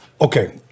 Okay